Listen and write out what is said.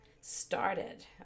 started